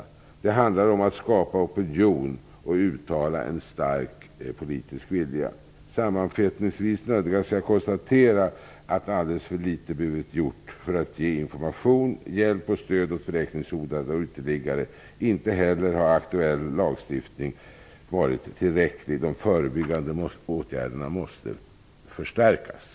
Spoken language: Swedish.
Det handlar om att skapa en opinion och uttala en stark politisk vilja. Sammanfattningsvis nödgas jag konstatera att alldeles för litet blivit gjort för att ge information, hjälp och stöd åt vräkningshotade och uteliggare. Inte heller har aktuell lagstiftning varit tillräcklig. De förebyggande åtgärderna måste förstärkas.